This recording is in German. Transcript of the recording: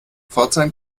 pforzheim